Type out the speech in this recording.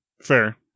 Fair